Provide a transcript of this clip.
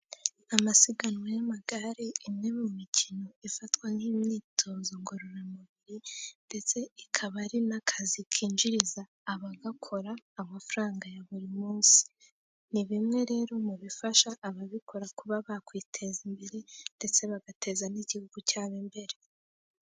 Amasiganwa y'amagare, imwe mu mikino ifatwa nk'imyitozo ngororamubiri ndetse ikaba ari n'akazi kinjiriza abagakora amafaranga ya buri munsi .Ni bimwe rero mu bifasha ababikora kuba bakwiteza imbere ndetse bagateza n'igihugu cyabo imbere.